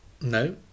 No